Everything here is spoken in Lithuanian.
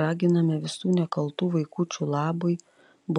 raginame visų nekaltų vaikučių labui